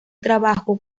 trabajo